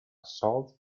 assault